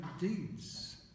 deeds